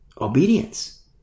obedience